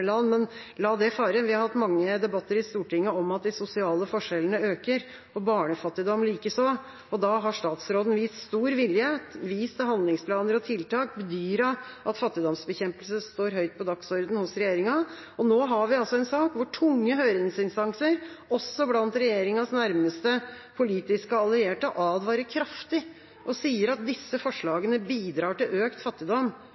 Men la det fare. Vi har hatt mange debatter i Stortinget om at de sosiale forskjellene øker, og barnefattigdom likeså, og da har statsråden vist stor vilje, vist til handlingsplaner og tiltak og bedyret at fattigdomsbekjempelse står høyt på dagsordenen hos regjeringa. Nå har vi altså en sak hvor tunge høringsinstanser, også blant regjeringas nærmeste politiske allierte, advarer kraftig og sier at disse forslagene bidrar til økt fattigdom.